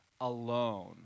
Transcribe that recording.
alone